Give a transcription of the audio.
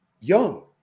Young